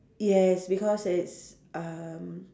yes because it's um